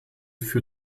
für